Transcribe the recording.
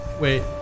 wait